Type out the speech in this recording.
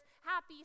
happy